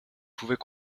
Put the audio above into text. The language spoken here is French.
pouvait